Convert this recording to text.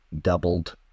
doubled